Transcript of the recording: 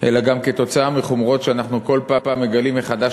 אלא גם כתוצאה מחומרות שאנחנו כל פעם מגלים מחדש,